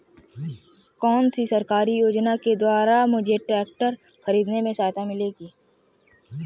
कौनसी सरकारी योजना के द्वारा मुझे ट्रैक्टर खरीदने में सहायता मिलेगी?